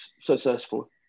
successful